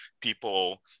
people